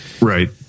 right